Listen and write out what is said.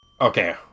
Okay